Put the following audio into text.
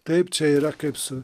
taip čia yra kaip su